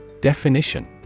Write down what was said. Definition